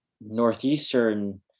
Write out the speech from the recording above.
Northeastern